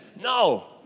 No